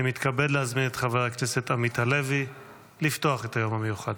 אני מתכבד להזמין את חבר הכנסת עמית הלוי לפתוח את היום המיוחד.